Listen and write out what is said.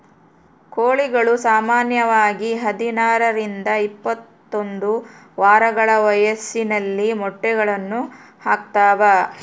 ಕೋಳಿಗಳು ಸಾಮಾನ್ಯವಾಗಿ ಹದಿನಾರರಿಂದ ಇಪ್ಪತ್ತೊಂದು ವಾರಗಳ ವಯಸ್ಸಿನಲ್ಲಿ ಮೊಟ್ಟೆಗಳನ್ನು ಹಾಕ್ತಾವ